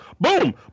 boom